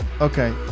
okay